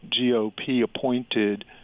GOP-appointed